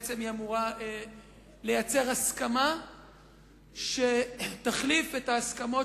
בעצם היא אמורה ליצור הסכמה שתחליף את ההסכמות